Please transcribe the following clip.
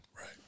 Right